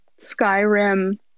Skyrim